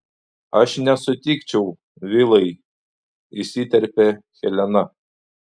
aš nesutikčiau vilai įsiterpia helena